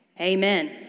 Amen